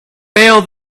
bail